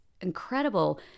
incredible